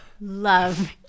love